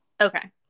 okay